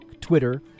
Twitter